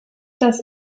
dass